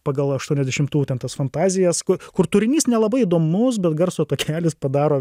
pagal aštuoniasdešimtų ten tas fantazijas kur turinys nelabai įdomus bet garso takelis padaro